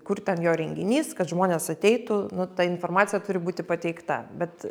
kur ten jo renginys kad žmonės ateitų nu ta informacija turi būti pateikta bet